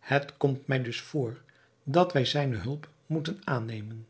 het komt mij dus voor dat wij zijne hulp moeten aannemen